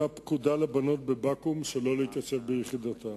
פקודה לבנות בבקו"ם שלא להתייצב ביחידתן.